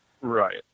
Right